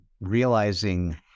realizing